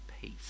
peace